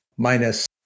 Minus